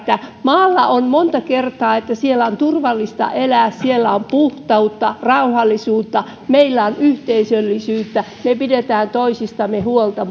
maalla on monta kertaa turvallista elää siellä on puhtautta rauhallisuutta meillä on yhteisöllisyyttä me pidämme toisistamme huolta